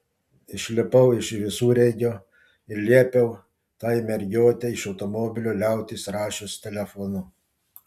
išlipau iš visureigio ir liepiau tai mergiotei iš automobilio liautis rašius telefonu